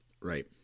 right